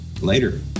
later